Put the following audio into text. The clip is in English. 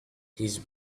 his